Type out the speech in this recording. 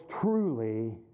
truly